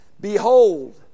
Behold